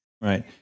Right